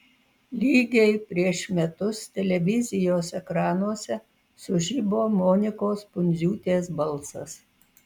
lygiai prieš metus televizijos ekranuose sužibo monikos pundziūtės balsas